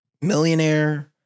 millionaire